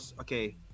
Okay